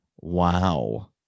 Wow